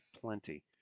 plenty